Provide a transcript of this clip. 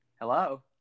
hello